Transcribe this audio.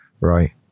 Right